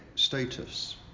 Status